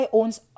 owns